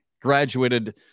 graduated